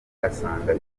asanga